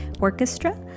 Orchestra